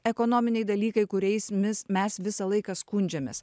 ekonominiai dalykai kuriais mis mes visą laiką skundžiamės